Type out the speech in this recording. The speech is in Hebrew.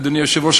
אדוני היושב-ראש,